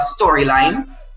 storyline